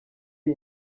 iyi